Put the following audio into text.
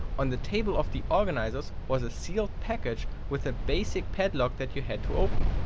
on the table of the organizers was a sealed package with a basic padlock that you had to open.